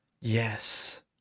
Yes